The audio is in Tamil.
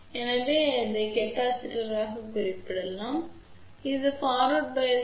எனவே அதை கொள்ளளவாகக் குறிப்பிடலாம் இது முன்னோக்கு சார்பு